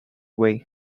way